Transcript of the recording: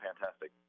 fantastic